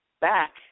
back